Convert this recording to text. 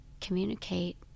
communicate